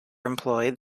employed